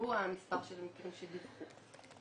מספר המטופלים שדיווחו.